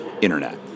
Internet